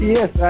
Yes